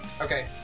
Okay